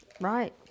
Right